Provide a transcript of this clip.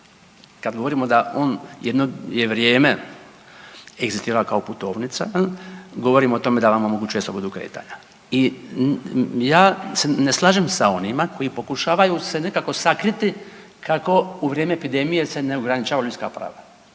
kad govorimo da on jedno je vrijeme egzistirao kao putovnica jel, govorimo o tome da vam omogućuje slobodu kretanja i ja se ne slažem sa onima koji pokušavaju se nekako sakriti kako u vrijeme epidemije se ne ograničavaju ljudska prava.